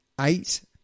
Eight